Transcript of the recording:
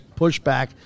pushback